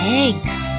eggs